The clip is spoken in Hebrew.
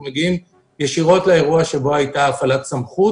אנחנו מגיעים ישירות לאירוע שבו הייתה הפעלת סמכות